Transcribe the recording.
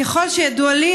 ככל שידוע לי,